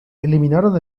eliminaron